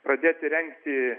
pradėti rengti